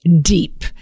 deep